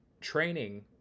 training